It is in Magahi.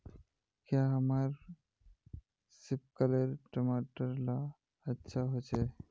क्याँ हमार सिपकलर टमाटर ला अच्छा होछै?